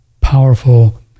powerful